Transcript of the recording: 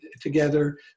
together